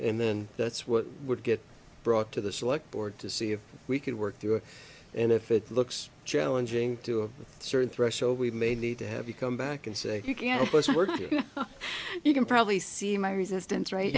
and then that's what would get brought to the select board to see if we could work through it and if it looks challenging to a certain threshold we may need to have you come back and say you can't you can probably see my resistance right